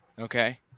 Okay